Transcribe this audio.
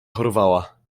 chorowała